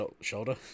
shoulder